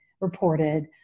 reported